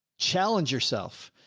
challenge yourself.